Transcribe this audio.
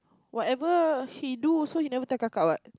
whatever he do also he never tell Kaka what